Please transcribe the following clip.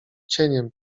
cieniem